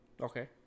Okay